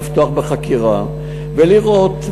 לפתוח בחקירה ולראות,